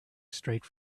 straight